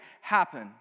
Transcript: happen